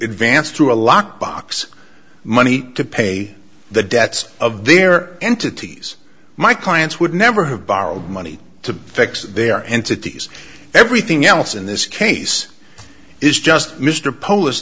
advance through a lockbox money to pay the debts of their entities my clients would never have borrowed money to fix their entities everything else in this case is just mr polis